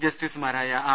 ജസ്റ്റിസുമാരായ ആർ